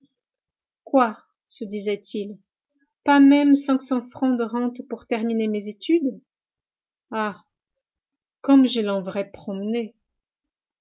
quoi se disait-il pas même cinq cents francs de rente pour terminer mes études ah comme je l'enverrais promener